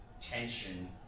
tension